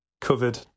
covered